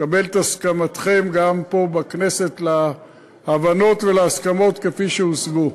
לקבל את הסכמתכם גם פה בכנסת להבנות ולהסכמות כפי שהושגו.